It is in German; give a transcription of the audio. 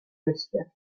müsste